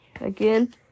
Again